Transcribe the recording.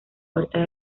puerta